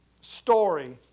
story